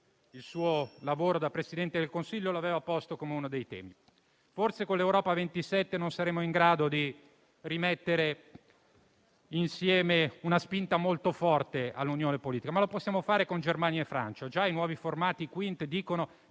in qualità di Presidente del Consiglio, aveva posto come uno dei temi. Forse con l'Europa a 27 non saremo in grado di aggregare una spinta molto forte verso l'Unione politica, ma lo possiamo fare con Germania e Francia. Già i nuovi formati Quint dicono